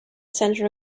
center